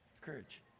courage